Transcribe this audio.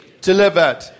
delivered